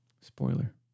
Spoiler